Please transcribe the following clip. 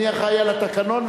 אני אחראי לתקנון,